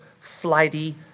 flighty